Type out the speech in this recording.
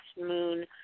moon